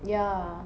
ya